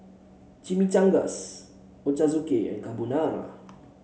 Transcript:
Chimichangas Ochazuke and Carbonara